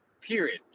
period